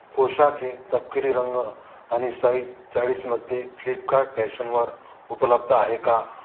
पोशाख हे तपकिरी रंग आणि साईज चाळीसमध्ये फ्लिपकार्ट फॅशनवर उपलब्ध आहे का